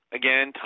again